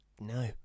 No